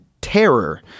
terror